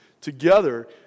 together